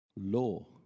Law